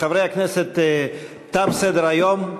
חברי הכנסת, תם סדר-היום.